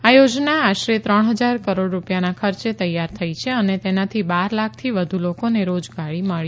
આ યોજના આશરે ત્રણ હજાર કરોડ રૂપિયાના ખર્ચે તૈયાર થઇ છે અને તેનાથી બાર લાખથી વધુ લોકોને રોજગારી મળી